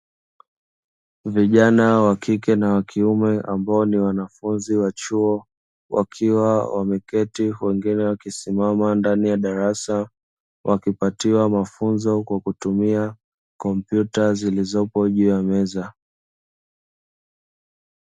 Vijana wa kike na wa kiume ambao ni wanafunzi wa chuo, wakiwa wameketi wengine wakisimama ndani ya darasa, wakipatiwa mafunzo kwa kutumia kompyuta zilizopo juu ya meza.